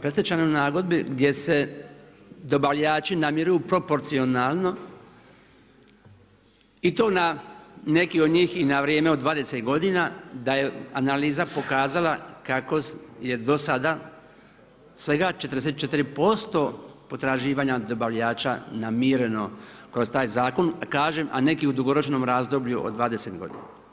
predstečajnoj nagodbi gdje se dobavljači namiruju proporcionalno i to na, neki od njih i na vrijeme od 20 godina, da je analiza pokazala kako je do sada svega 44% potraživanja dobavljača namireno kroz taj zakon kažem, a neki u dugoročnom razdoblju od 20 godina.